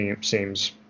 seems